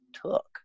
took